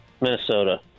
Minnesota